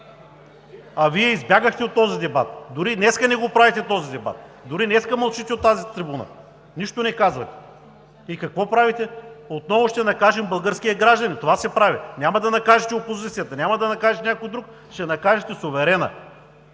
а Вие избягахте от този дебат. Дори и днес не правите този дебат, дори днес мълчите от тази трибуна и нищо не казвате. И какво правите? Отново ще накажем българския гражданин, това се прави. Няма да накажете опозицията, няма да накажете някой друг, а ще накажете суверена,